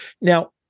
Now